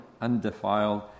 undefiled